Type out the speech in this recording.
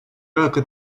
рака